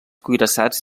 cuirassats